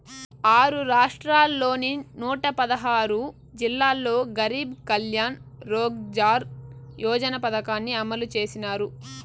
ఆరు రాష్ట్రాల్లోని నూట పదహారు జిల్లాల్లో గరీబ్ కళ్యాణ్ రోజ్గార్ యోజన పథకాన్ని అమలు చేసినారు